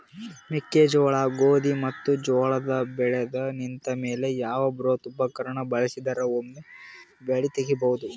ಮೆಕ್ಕೆಜೋಳ, ಗೋಧಿ ಮತ್ತು ಜೋಳ ಬೆಳೆದು ನಿಂತ ಮೇಲೆ ಯಾವ ಬೃಹತ್ ಉಪಕರಣ ಬಳಸಿದರ ವೊಮೆ ಬೆಳಿ ತಗಿಬಹುದು?